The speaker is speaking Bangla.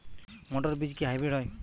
মটর বীজ কি হাইব্রিড হয়?